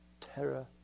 terror